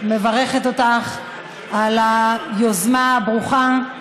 מברכת אותך על היוזמה הברוכה,